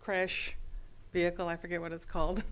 crash vehicle i forget what it's called